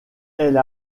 elle